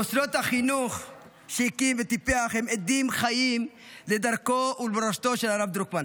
מוסדות החינוך שהקים וטיפח הם עדים חיים לדרכו ומורשתו של הרב דרוקמן.